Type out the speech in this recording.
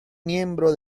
miembro